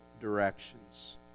directions